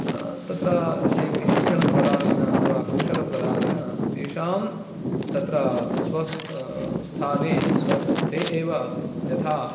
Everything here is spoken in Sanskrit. तत्र शिक् शिक्षणप्रदानेन अथवा कौशलप्रदानेन तेषां तत्र स्वस् स्थाने स्व ते एव यथा